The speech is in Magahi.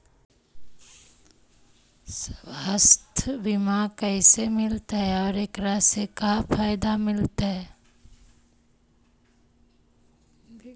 सवासथ बिमा कैसे होतै, और एकरा से का फायदा मिलतै?